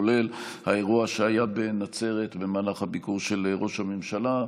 כולל האירוע שהיה בנצרת במהלך הביקור של ראש הממשלה.